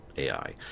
AI